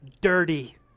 Dirty